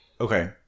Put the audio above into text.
Okay